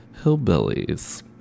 hillbillies